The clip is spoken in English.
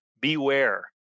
beware